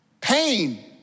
pain